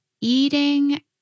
eating